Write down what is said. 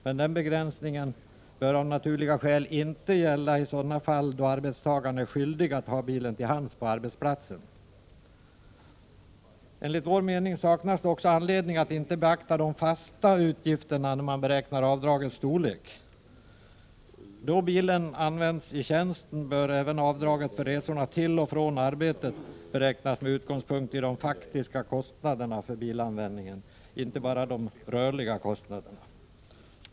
Men denna begränsning bör av naturliga skäl inte gälla i sådana fall då arbetstagaren är skyldig att ha bilen till hands på arbetsplatsen. Enligt vår mening saknas det också anledning att inte beakta de fasta utgifterna när man beräknar avdragets storlek. Då bilen används i tjänsten bör även avdraget för resorna till och från arbetet beräknas med utgångspunkti de faktiska kostnaderna för bilanvändningen och inte bara i de rörliga kostnaderna.